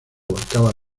abarcaba